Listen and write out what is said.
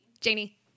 Janie